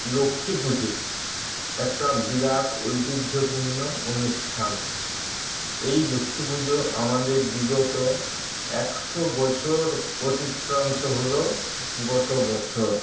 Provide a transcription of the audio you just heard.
লক্ষ্মী পুজো একটা বিরাট ঐতিহ্যপূর্ণ অনুষ্ঠান এই লক্ষ্মী পুজো আমাদের বিগত একশো বছর অতিক্রান্ত হলো গত বছর